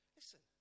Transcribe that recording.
listen